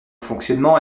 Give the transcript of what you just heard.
fonctionnement